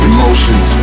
Emotions